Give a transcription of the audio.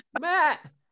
Matt